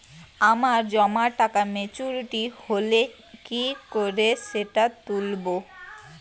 আমার জমা টাকা মেচুউরিটি হলে কি করে সেটা তুলব?